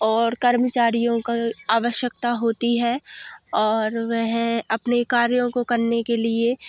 और कर्मचारियों का आवश्यकता होती है और वह अपने कार्यों को करने के लिए